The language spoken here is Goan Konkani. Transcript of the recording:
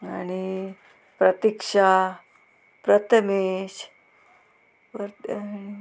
आनी प्रतिक्षा प्रतमेश परते